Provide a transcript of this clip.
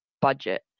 budget